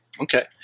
Okay